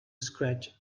scratch